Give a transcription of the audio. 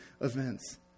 events